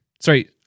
sorry